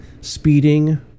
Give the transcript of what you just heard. speeding